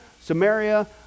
Samaria